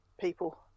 people